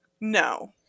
No